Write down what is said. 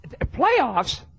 Playoffs